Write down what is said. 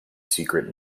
secret